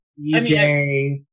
EJ